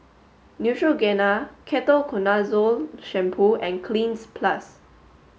Neutrogena Ketoconazole shampoo and Cleanz plus